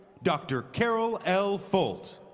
dr. carol l. folt.